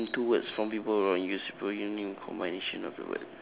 get two words from people around you combination of the word